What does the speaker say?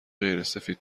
غیرسفید